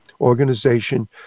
organization